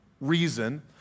reason